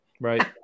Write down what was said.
Right